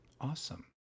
awesome